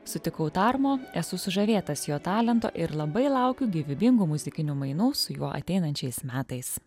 sutikau tarmo esu sužavėtas jo talento ir labai laukiu gyvybingų muzikinių mainų su juo ateinančiais metais